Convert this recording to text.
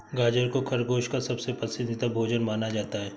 गाजर को खरगोश का सबसे पसन्दीदा भोजन माना जाता है